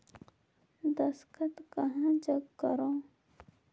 दस्खत कहा जग करो?